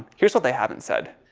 here's what they haven't said.